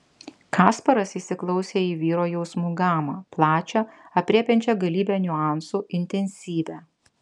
kasparas įsiklausė į vyro jausmų gamą plačią aprėpiančią galybę niuansų intensyvią